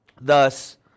Thus